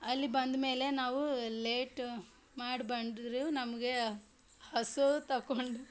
ಅಲ್ಲಿ ಬಂಡ ಮೇಲೆ ನಾವು ಲೇಟ್ ಮಾಡ್ಬಂದ್ರೂ ನಮಗೆ ಹಸು ತಕ್ಕೊಂಡು